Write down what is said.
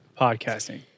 podcasting